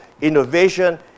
innovation